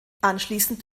anschließend